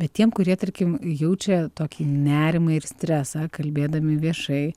bet tiem kurie tarkim jaučia tokį nerimą ir stresą kalbėdami viešai